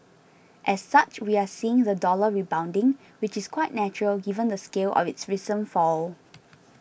as such we are seeing the dollar rebounding which is quite natural given the scale of its recent fall